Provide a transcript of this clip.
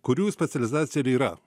kurių specializacija ir yra